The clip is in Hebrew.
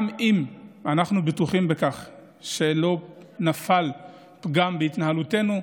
גם אם אנחנו בטוחים בכך שלא נפל פגם בהתנהלותנו,